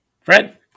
Fred